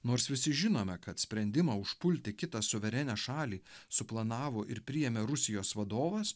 nors visi žinome kad sprendimą užpulti kitą suverenią šalį suplanavo ir priėmė rusijos vadovas